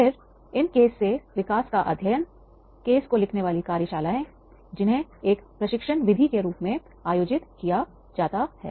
फिर इन केस से विकास का अध्ययन केस को लिखने वाली कार्यशालाए जिन्हें एक प्रशिक्षण विधि के रूप में आयोजित किया जा सकता है